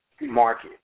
market